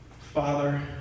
Father